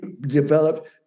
developed